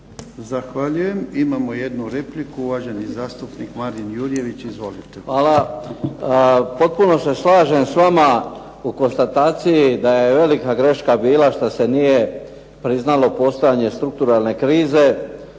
Zahvaljujem. Imamo jednu repliku, uvaženi zastupnik Marin Jurjević. Izvolite. **Jurjević, Marin (SDP)** Potpuno se slažem s vama u konstataciji da je velika greška bila šta se nije priznalo postojanje strukturalne krize.